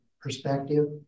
perspective